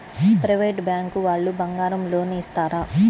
Private bank వాళ్ళు బంగారం loan ఇస్తారా?